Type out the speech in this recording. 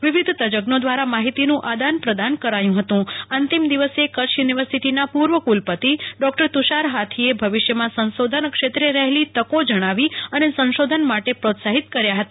વિવિધ તજજ્ઞો વ્રારા માહિતીનું આદાન પ્રદાન કરાયુ હતું અંતિમ દિવસે કચ્છ યુનિવર્સિટીના પૂ ર્વ કુલપતિ ડો તુ ષાર હાથીએ ભવિષ્યમાં સંશોધન ક્ષેત્રે રહેલી તકો જણાવી અને સંશોધન માટે પ્રોત્સાહિત કર્યા હતા